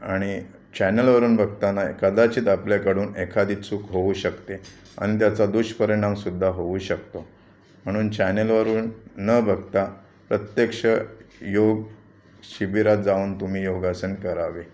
आणि चॅनलवरून बघताना कदाचित आपल्याकडून एखादी चूक होऊ शकते आणि त्याचा दुष्परिणामसुद्धा होऊ शकतो म्हणून चॅनेलवरून न बघता प्रत्यक्ष योग शिबिरात जाऊन तुम्ही योगासन करावे